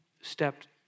stepped